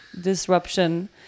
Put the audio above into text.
disruption